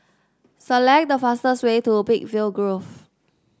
select the fastest way to Peakville Grove